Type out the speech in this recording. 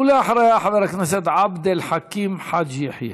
ואחריה, חבר הכנסת עבד אל חכים חאג' יחיא.